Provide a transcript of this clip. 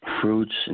fruits